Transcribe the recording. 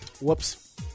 Whoops